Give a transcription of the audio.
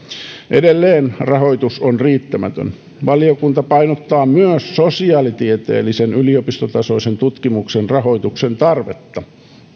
edelleen rahoitus on riittämätön valiokunta painottaa myös sosiaalitieteellisen yliopistotasoisen tutkimuksen rahoituksen tarvetta